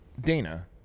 Dana